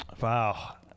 Wow